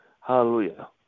Hallelujah